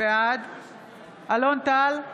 בעד אלון טל,